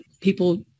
people